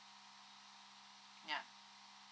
yup